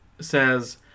says